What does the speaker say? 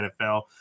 NFL